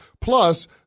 Plus